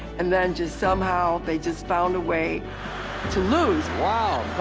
and then just somehow they just found a way to lose. wow.